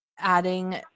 adding